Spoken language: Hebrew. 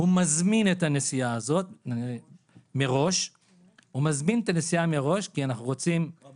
מזמין את הנסיעה הזאת מראש - כי סך